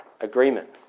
agreement